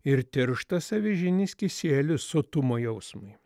ir tirštas avižinis kisielius sotumo jausmui